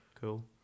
Cool